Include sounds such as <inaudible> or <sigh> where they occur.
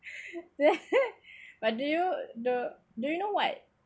<laughs> but do you the do you know what